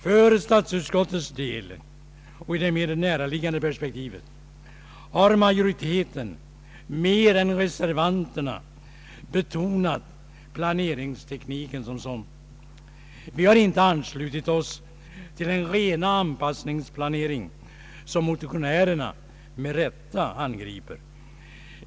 För statsutskottets del — och i det mer närliggande perspektivet — har majoriteten mer än reservanterna betonat planeringstekniken som sådan. Vi har inte anslutit oss till den rena anpassningsplanering som motionärerna med rätta angriper.